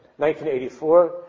1984